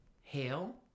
Hail